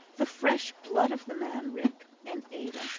the fresh blood of the man, rick and ada,